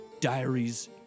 Diaries